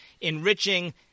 enriching –